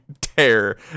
tear